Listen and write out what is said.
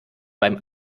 beim